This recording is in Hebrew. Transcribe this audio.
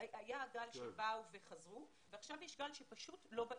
היה הגל שבאו וחזרו, ועכשיו יש גל שפשוט לא באים.